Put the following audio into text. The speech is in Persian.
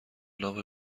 لامپ